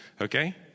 okay